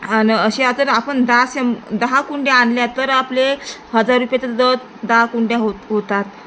आणि अशा तर आपण दहा सेम दहा कुंड्या आणल्या तर आपले हजार रुपये तर दर दहा कुंड्या होत होतात